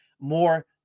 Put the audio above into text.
more